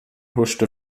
huschte